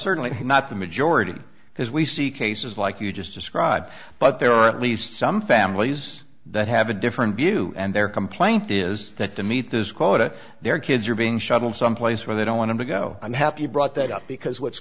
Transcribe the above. certainly not the majority because we see cases like you just described but there are at least some families that have a different view and their complaint is that to meet this quota their kids are being shuttled someplace where they don't want to go i'm happy brought that up because what's